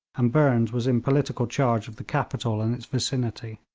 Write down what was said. and burnes was in political charge of the capital and its vicinity.